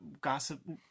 gossip